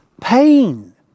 Pain